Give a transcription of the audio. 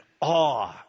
awe